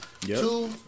Two